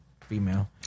female